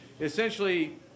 essentially